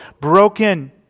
Broken